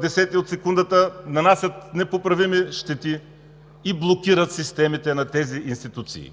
десети от секундата, нанасят непоправими щети и блокират системите на тези институции.